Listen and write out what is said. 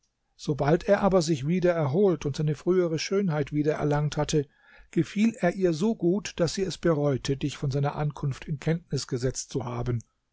sobald er aber sich wieder erholt und seine frühere schönheit wieder erlangt hatte gefiel er ihr so gut daß sie es bereute dich von seiner ankunft in kenntnis gesetzt zu haben